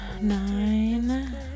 nine